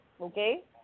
Okay